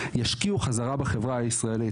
ישקיעו חזרה בחברה הישראלית.